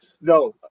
no